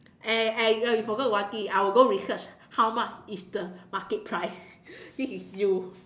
and and you ya you forgot about it I will go and research how much is the market price this is you